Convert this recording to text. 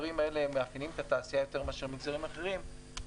מאפיינים את התעשייה יותר מאשר מגזרים אחרים,